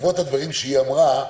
בעקבות הדברים שהיא אמרה,